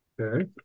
Okay